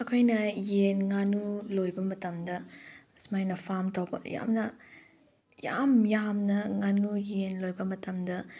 ꯑꯩꯈꯣꯏꯅ ꯌꯦꯟ ꯉꯥꯅꯨ ꯂꯣꯏꯕ ꯃꯇꯝꯗ ꯁꯨꯃꯥꯏꯅ ꯐꯥꯝ ꯇꯧꯕ ꯌꯥꯝꯅ ꯌꯥꯝ ꯌꯥꯝꯅ ꯉꯥꯅꯨ ꯌꯦꯟ ꯂꯣꯏꯕ ꯃꯇꯝꯗ